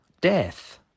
death